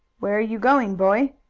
where are you going, boy?